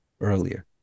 earlier